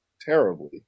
terribly